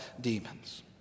demons